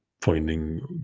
finding